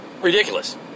ridiculous